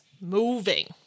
moving